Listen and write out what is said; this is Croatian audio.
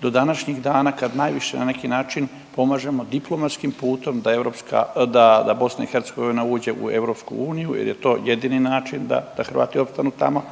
do današnjih dana kad najviše na neki način pomažemo diplomatskim putom da BiH uđe u EU jer je to jedini način da Hrvati opstanu tamo.